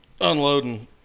unloading